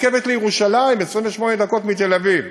הרכבת לירושלים, 28 דקות מתל-אביב,